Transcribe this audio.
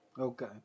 Okay